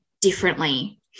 differently